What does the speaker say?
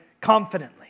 confidently